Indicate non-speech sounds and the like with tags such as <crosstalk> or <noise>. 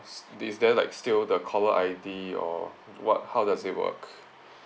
<noise> is there like still the caller I_D or what how does it work